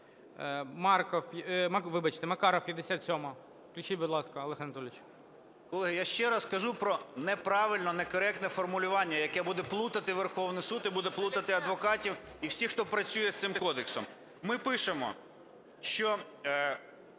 Вибачте! Макаров, 57-а. Включіть, будь ласка. Олег Анатолійович. 11:30:08 МАКАРОВ О.А. Колеги, я ще раз кажу про неправильне, некоректне формулювання, яке буде плутати Верховний Суд, і буде плутати адвокатів, і всіх, хто працює з цим кодексом. Ми пишемо, що